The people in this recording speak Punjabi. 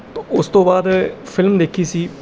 ਤਾਂ ਉਸ ਤੋਂ ਬਾਅਦ ਫ਼ਿਲਮ ਦੇਖੀ ਸੀ